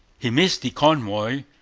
he missed the convoy,